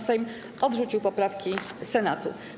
Sejm odrzucił poprawki Senatu.